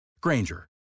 Granger